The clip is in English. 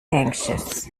anxious